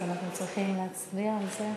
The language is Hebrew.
אז אנחנו צריכים להצביע על זה.